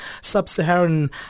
sub-Saharan